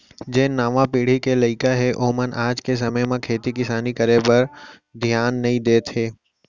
जेन नावा पीढ़ी के लइका हें ओमन आज के समे म खेती किसानी करे म धियान नइ देत हें